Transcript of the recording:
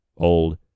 Old